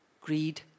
greed